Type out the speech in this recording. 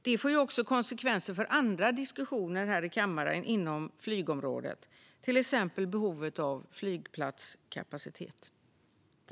Det får också konsekvenser för andra diskussioner här i kammaren inom flygområdet, till exempel om behovet av flygplatskapacitet.